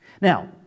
Now